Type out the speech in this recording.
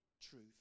truth